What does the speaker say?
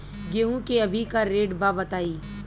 गेहूं के अभी का रेट बा बताई?